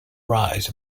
rise